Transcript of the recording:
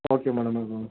okay madam okay madam